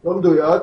לא מדויק.